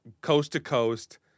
coast-to-coast